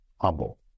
humble